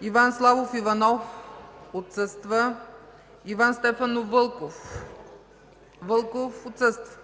Иван Славов Иванов - отсъства Иван Стефанов Вълков - отсъства